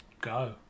go